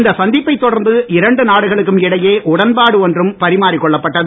இந்த சந்திப்பை தொடர்ந்து இரண்டு நாடுகளுக்கும் இடையே உடன்பாடு ஒன்றும் பாரிமாறிக் கொள்ளப்பட்டது